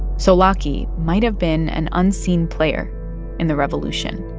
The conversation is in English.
so laki might have been an unseen player in the revolution